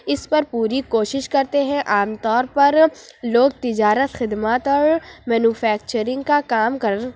اِس پر پوری کوشش کرتے ہیں عام طور پر لوگ تجارت خدمات اور مینوفیکچرنگ کا کام کر